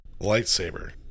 lightsaber